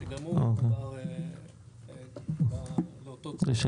שגם הוא עבר לאותו ציר.